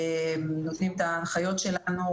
נותנים את ההנחיות שלנו,